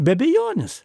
be abejonės